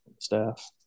staff